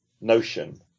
notion